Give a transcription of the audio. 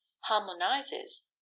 harmonizes